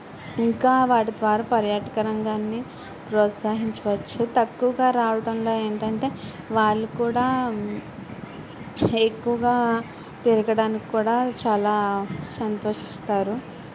ఇంకా వాటి ద్వారా పర్యాటక రంగాన్ని ప్రోత్సాహించవచ్చు తక్కువగా రావటంలో ఏంటంటే వాళ్ళు కూడా ఎక్కువగా తిరగడానికి కూడా చాలా సంతోషిస్తారు